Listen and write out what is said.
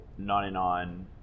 99